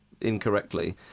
incorrectly